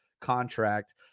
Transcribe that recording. contract